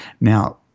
Now